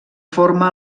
forma